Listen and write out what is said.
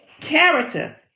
character